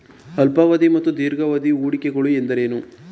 ಅಲ್ಪಾವಧಿ ಮತ್ತು ದೀರ್ಘಾವಧಿ ಹೂಡಿಕೆಗಳು ಎಂದರೇನು?